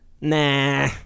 nah